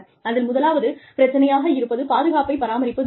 அதில் முதலாவது பிரச்சனையாக இருப்பது பாதுகாப்பைப் பராமரிப்பது ஆகும்